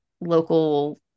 local